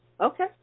okay